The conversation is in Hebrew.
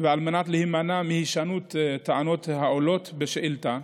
ועל מנת להימנע מהישנות הטענות העולות בשאילתה,